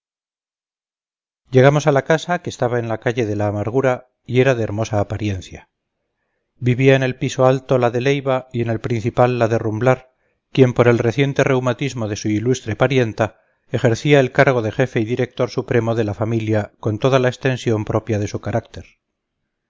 llegamos a la casa que estaba en la calle de la amargura y era de hermosa apariencia vivía en el piso alto la de leiva y en el principal la de rumblar quien por el reciente reumatismo de su ilustre parienta ejercía el cargo de jefe y director supremo de la familia con toda la extensión propia de su carácter